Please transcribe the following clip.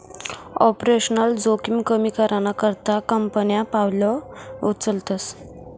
operational जोखिम कमी कराना करता कंपन्या पावलं उचलतस